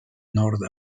nord